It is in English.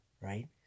right